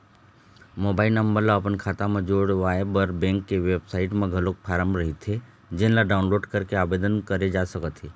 mobile number ल अपन खाता म जोड़वाए बर बेंक के बेबसाइट म घलोक फारम रहिथे जेन ल डाउनलोड करके आबेदन करे जा सकत हे